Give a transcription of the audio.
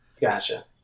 Gotcha